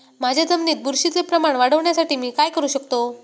माझ्या जमिनीत बुरशीचे प्रमाण वाढवण्यासाठी मी काय करू शकतो?